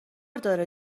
داره